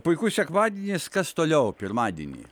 puikus sekmadienis kas toliau pirmadienį